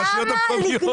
הרשויות המקומיות.